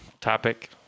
Topic